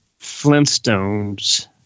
Flintstones